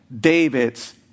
David's